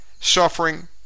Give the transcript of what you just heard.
suffering